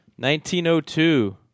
1902